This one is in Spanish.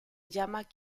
llama